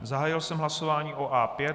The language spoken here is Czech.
Zahájil jsem hlasování o A5.